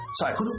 Sorry